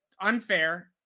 unfair